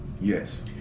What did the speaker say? Yes